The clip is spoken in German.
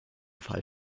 fall